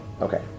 Okay